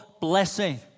blessing